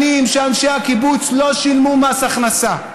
שנים שאנשי הקיבוץ לא שילמו מס הכנסה.